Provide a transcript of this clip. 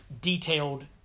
detailed